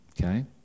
Okay